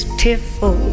tearful